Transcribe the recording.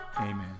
Amen